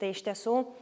tai iš tiesų